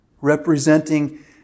representing